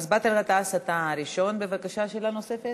באסל גטאס הראשון, בבקשה, שאלה נוספת.